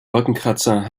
wolkenkratzer